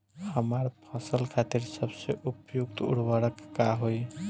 हमार फसल खातिर सबसे उपयुक्त उर्वरक का होई?